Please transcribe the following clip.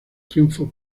triunfos